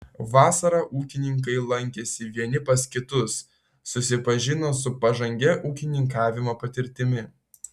vasarą ūkininkai lankėsi vieni pas kitus susipažino su pažangia ūkininkavimo patirtimi